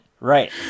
Right